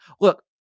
look